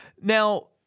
now